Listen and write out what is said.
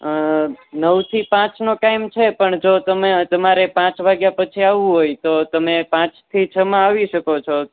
નવ થી પાંચનો ટાઈમ છે પણ જો તમે તમારે પાંચ વાગ્યા પછી આવવું હોય તો તમે પાંચ થી છમાં આવી શકો છો